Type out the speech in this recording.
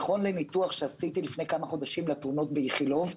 נכון לניתוח שעשיתי לפני כמה חודשים לתאונות באיכילוב,